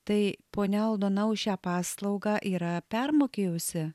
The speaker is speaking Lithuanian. tai ponia aldona už šią paslaugą yra permokėjusi